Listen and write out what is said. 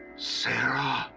sarah